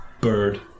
bird